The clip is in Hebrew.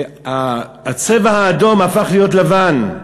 והצבע האדום הפך להיות לבן.